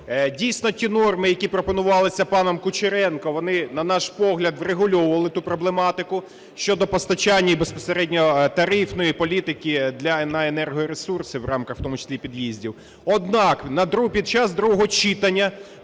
Дійсно, ті норми, які пропонувалися паном Кучеренком, вони, на наш погляд, врегульовували ту проблематику щодо постачання і безпосередньо тарифної політики для енергоресурсів в рамках в тому числі і під'їздів. Однак, під час другого читання